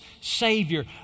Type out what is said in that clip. Savior